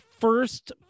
first